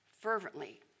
Fervently